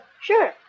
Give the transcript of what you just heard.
Sure